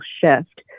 shift